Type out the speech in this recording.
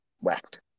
whacked